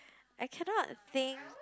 I cannot sing